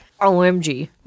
OMG